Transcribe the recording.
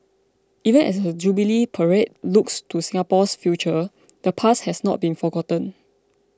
even as the Jubilee parade looks to Singapore's future the past has not been forgotten